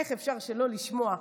איך אפשר שלא לשמוע?